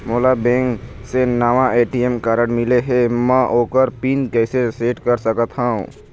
मोला बैंक से नावा ए.टी.एम कारड मिले हे, म ओकर पिन कैसे सेट कर सकत हव?